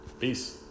Peace